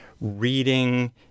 reading